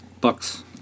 Bucks